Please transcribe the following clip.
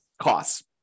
costs